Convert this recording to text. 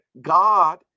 God